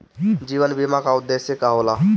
जीवन बीमा का उदेस्य का होला?